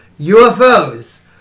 UFOs